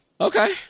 Okay